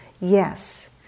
yes